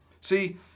See